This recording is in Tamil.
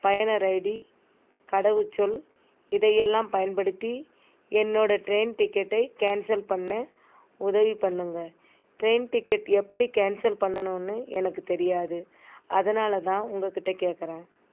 பயணர் ஐடி கடவுச்சொல் இதை எல்லாம் பயன்படுத்தி என்னோடய ட்ரெயின் டிக்கெட்டை கேன்சல் பண்ண உதவி பண்ணுங்கள் ட்ரெயின் டிக்கெட் எப்படி கேன்சல் பண்ணணும்னு எனக்கு தெரியாது அதனால் தான் உங்கள்கிட்ட கேட்கறேன்